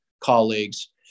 colleagues